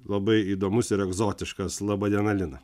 labai įdomus ir egzotiškas laba diena lina